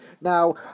Now